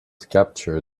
capture